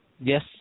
Yes